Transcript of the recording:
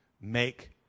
Make